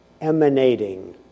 emanating